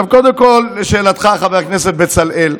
עכשיו, קודם כול, לשאלתך, חבר הכנסת בצלאל,